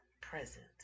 present